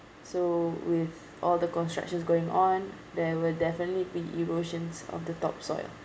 so with all the construction going on there will definitely be erosions of the topsoil